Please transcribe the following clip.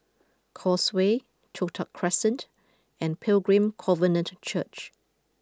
Causeway Toh Tuck Crescent and Pilgrim Covenant Church